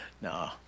No